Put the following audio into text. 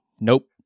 nope